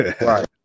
Right